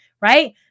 Right